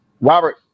robert